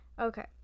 Okay